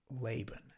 Laban